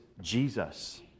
Jesus